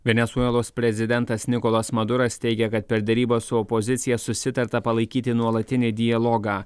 venesuelos prezidentas nikolas maduras teigia kad per derybas su opozicija susitarta palaikyti nuolatinį dialogą